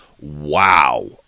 wow